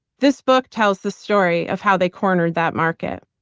this book tells the story of how they cornered that market.